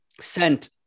sent